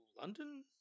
London